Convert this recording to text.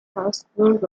habsburg